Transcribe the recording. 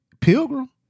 Pilgrim